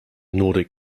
nordic